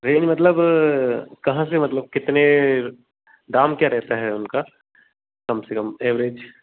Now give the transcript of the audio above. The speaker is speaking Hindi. रेंज मतलब कहाँ से मतलब कितने दाम क्या रहता है उनका कम से कम एवरेज